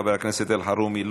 חבר הכנסת אלחרומי,